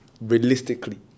realistically